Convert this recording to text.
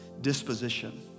disposition